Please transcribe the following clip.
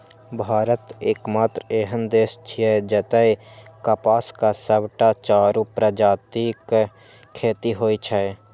भारत एकमात्र एहन देश छियै, जतय कपासक सबटा चारू प्रजातिक खेती होइ छै